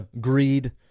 greed